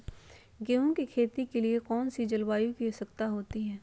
गेंहू की खेती के लिए कौन सी जलवायु की आवश्यकता होती है?